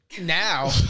Now